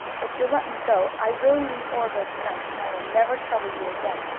if you'll let me go i will leave oreville to-night, and i will never trouble you again.